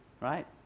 Right